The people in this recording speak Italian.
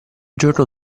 gioco